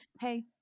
hey